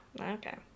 okay